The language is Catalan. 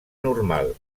normal